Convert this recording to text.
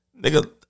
Nigga